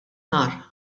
nar